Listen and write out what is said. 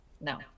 No